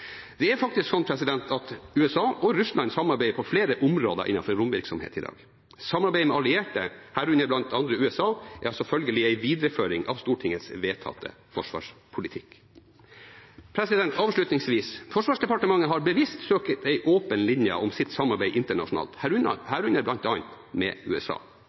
Det er faktisk sånn at USA og Russland samarbeider på flere områder innenfor romvirksomhet i dag. Samarbeid med allierte, herunder bl.a. USA, er selvfølgelig en videreføring av Stortingets vedtatte forsvarspolitikk. Avslutningsvis: Forsvarsdepartementet har bevisst søkt en åpen linje om sitt samarbeid internasjonalt, herunder bl.a. med USA.